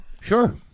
Sure